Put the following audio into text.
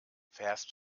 fährst